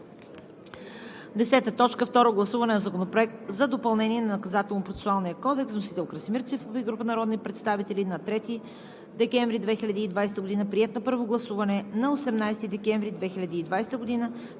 Второ гласуване на Законопроекта за допълнение на Наказателно-процесуалния кодекс. Вносители – Красимир Ципов и група народни представители на 3 декември 2020 г. Приет на първо гласуване на 18 декември 2020 г.